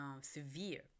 severe